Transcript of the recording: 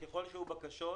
וככל שהיו בקשות,